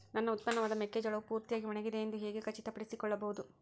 ನನ್ನ ಉತ್ಪನ್ನವಾದ ಮೆಕ್ಕೆಜೋಳವು ಪೂರ್ತಿಯಾಗಿ ಒಣಗಿದೆ ಎಂದು ಹೇಗೆ ಖಚಿತಪಡಿಸಿಕೊಳ್ಳಬಹುದು?